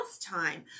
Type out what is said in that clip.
time